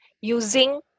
using